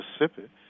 Mississippi